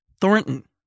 Thornton